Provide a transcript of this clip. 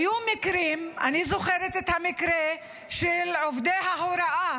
היו מקרים, אני זוכרת את המקרה של עובדי ההוראה.